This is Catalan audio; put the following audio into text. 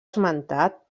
esmentat